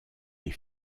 les